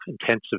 intensive